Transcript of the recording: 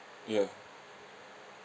ya